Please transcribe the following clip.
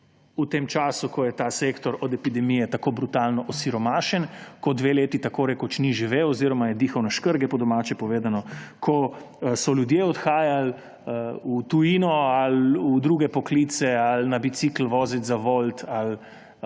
v tem času, ko je ta sektor od epidemije tako brutalno osiromašen, ko dve leti tako rekoč ni živel oziroma je dihal na škrge, po domače povedano, ko so ljudje odhajali v tujino, ali v druge poklice, ali na bicikel vozit za Wolt ali